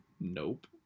Nope